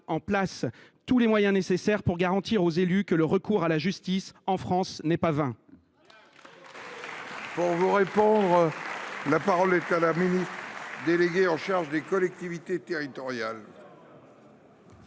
en place tous les moyens nécessaires pour garantir aux élus que le recours à la justice, en France, n’est pas vain